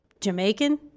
Jamaican